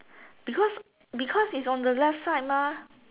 because because it's on the left side mah